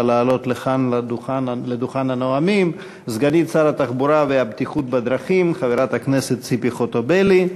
לה סגנית שר התחבורה והבטיחות בדרכים חברת הכנסת ציפי חוטובלי.